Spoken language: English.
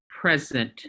present